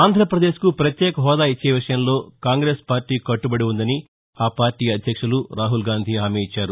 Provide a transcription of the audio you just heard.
ఆంధ్రప్రదేశ్కు పత్యేక హోదా ఇచ్చే విషయంలో కాంగ్రెస్ పార్టీ కట్టుబడి వుందని ఆ పార్టీ అధ్యక్షులు రాహుల్ గాంధీ హామీ ఇచ్చారు